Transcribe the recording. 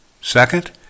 Second